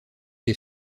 est